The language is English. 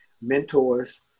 mentors